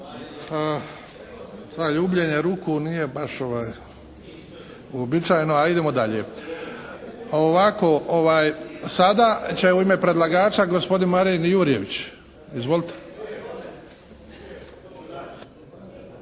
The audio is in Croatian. Sada će u ime predlagača gospodin Marin Jurjević. Izvolite.